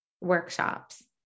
workshops